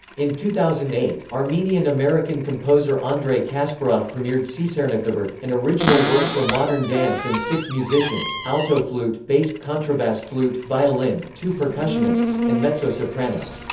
in two thousand and eight, armenian-american composer andrey kasparov premiered tsitsernakabert, an original work for modern dance and six musicians alto flute, bass contrabass flute, violin, two percussionists, and mezzo-soprano.